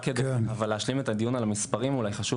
רק כדי להשלים את הדיון על המספרים חשוב